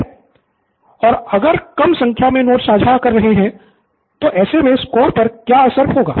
pro बाला और अगर कम संख्या में नोट्स साझा कर रहे है तो ऐसे मे स्कोर पर का क्या असर होगा